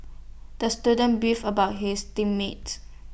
the student beefed about his team mates